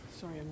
Sorry